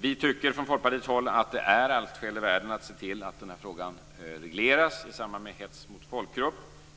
Vi tycker från Folkpartiets sida att det finns alla skäl i världen att se till att frågan regleras i samband med hets mot folkgrupp.